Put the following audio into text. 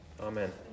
amen